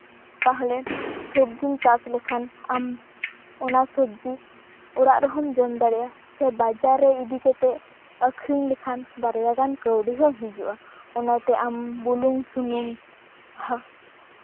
ᱛᱟᱦᱚᱞᱮ ᱥᱚᱵᱡᱤᱢ ᱪᱟᱥ ᱞᱮᱠᱷᱟᱱ ᱟᱢ ᱚᱱᱟ ᱥᱚᱵᱡᱤ ᱚᱲᱟᱜ ᱨᱮᱦᱚᱸᱢ ᱡᱚᱢ ᱫᱟᱲᱮᱭᱟᱜᱼᱟ ᱥᱮ ᱵᱟᱡᱟᱨ ᱨᱮ ᱤᱫᱤᱠᱟᱛᱮ ᱟᱹᱠᱷᱨᱤᱧ ᱞᱮᱠᱷᱟᱱ ᱵᱟᱨᱭᱟᱜᱟᱱ ᱠᱟᱹᱣᱰᱤ ᱦᱚᱸ ᱦᱤᱡᱩᱜᱼᱟ ᱚᱱᱟᱛᱮ ᱟᱢ ᱵᱩᱞᱩᱝ ᱥᱩᱱᱩᱢ